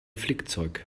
flickzeug